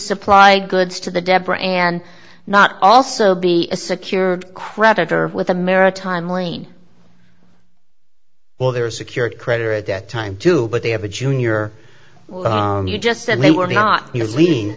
supply goods to the deborah and not also be a secured credit or with a maritime lien well there are secured credit or at that time too but they have a junior you just said they were not lea